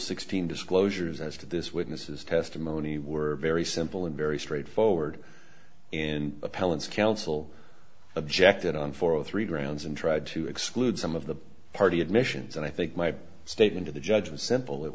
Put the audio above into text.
sixteen disclosures as to this witness's testimony were very simple and very straightforward and appellants counsel objected on four three grounds and tried to exclude some of the party admissions and i think my statement to the judge was simple it